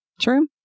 True